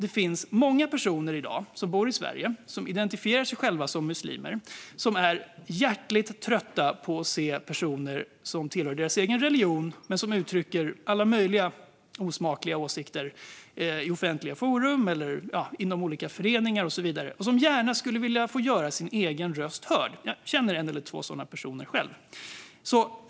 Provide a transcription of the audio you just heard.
Det finns många personer i dag som identifierar sig själva som muslimer och som är hjärtligt trötta på att se att personer som tillhör deras egen religion uttrycker alla möjliga osmakliga åsikter i offentliga forum eller inom olika föreningar och så vidare. De skulle gärna göra sin egen röst hörd. Jag känner en eller två sådana personer själv.